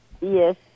Yes